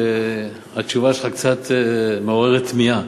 שהתשובה שלך קצת מעוררת תמיהה.